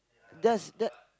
just that